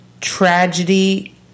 tragedy